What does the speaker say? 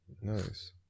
Nice